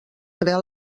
creà